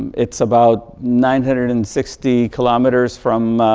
it's about nine hundred and sixty kilometers from